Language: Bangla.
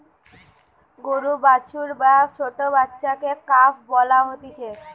গরুর বাছুর বা ছোট্ট বাচ্চাকে কাফ বলা হতিছে